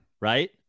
Right